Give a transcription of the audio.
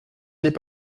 n’est